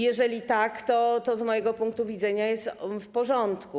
Jeżeli tak, to z mojego punktu widzenia jest to w porządku.